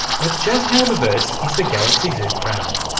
but just how diverse is the galaxy zoo crowd?